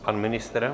Pan ministr?